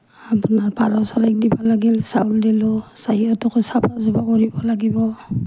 আপোনাৰ পাৰ চৰাইক দিব লাগিল চাউল দিলোঁ সিহঁতকো চাফা চুফা কৰিব লাগিব